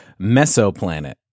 mesoplanet